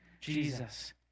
Jesus